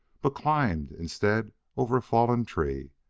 but climbed instead over a fallen tree,